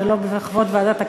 ולא בכבוד ועדת הכנסת,